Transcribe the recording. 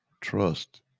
Trust